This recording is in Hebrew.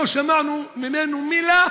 לא שמענו ממנו מילה,